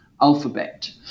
alphabet